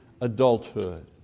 adulthood